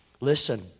Listen